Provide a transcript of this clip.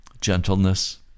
gentleness